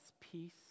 peace